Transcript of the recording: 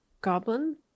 goblin